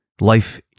Life